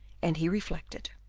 and he reflected.